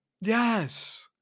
Yes